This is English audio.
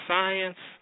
Science